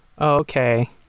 Okay